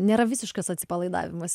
nėra visiškas atsipalaidavimas